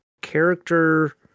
character